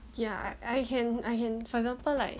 ya I I can I can for example like